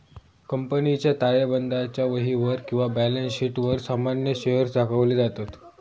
कंपनीच्या ताळेबंदाच्या वहीवर किंवा बॅलन्स शीटवर सामान्य शेअर्स दाखवले जातत